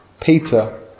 Peter